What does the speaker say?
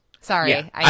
Sorry